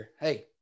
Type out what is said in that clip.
Hey